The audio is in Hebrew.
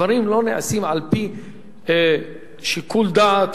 הדברים לא נעשים על-פי שיקול דעת